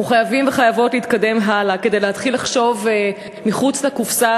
אנחנו חייבים וחייבות להתקדם הלאה כדי להתחיל לחשוב מחוץ לקופסה,